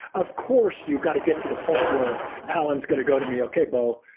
of course, you've got to get to the point where alan's going to go to me, okay, bo,